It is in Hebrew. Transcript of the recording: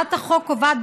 הצעת החוק קובעת,